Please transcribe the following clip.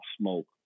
Smoke